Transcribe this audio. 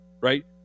right